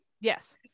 yes